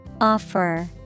Offer